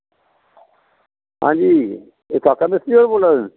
हंजी ऐ काका मिस्त्री होर बोल्ला दे ना